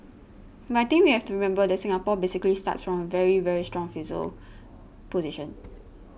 but I think we have to remember that Singapore basically starts from a very very strong fiscal position